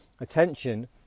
attention